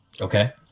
Okay